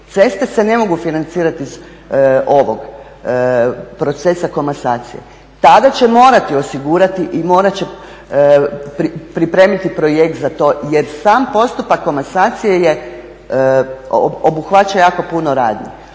ceste se ne mogu financirati iz ovog procesa komasacije. Tada će morati osigurati i morat će pripremiti projekt za to jer sam postupak komasacije je obuhvaća jako puno radnji